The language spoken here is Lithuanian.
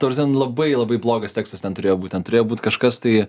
ta pramsen labai labai blogas tekstas ten turėjo būtent turėjo būt kažkas tai